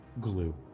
glue